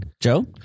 Joe